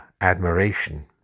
admiration